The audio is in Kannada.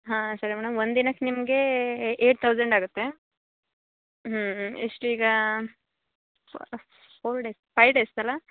ಹಾಂ ಸರಿ ಮೇಡಮ್ ಒಂದು ದಿನಕ್ಕೆ ನಿಮಗೆ ಎಯ್ಟ್ ತೌಸಂಡ್ ಆಗುತ್ತೆ ಎಷ್ಟು ಈಗ ಫೋರ್ ಡೇಸ್ ಫೈವ್ ಡೇಸ್ ಅಲಾ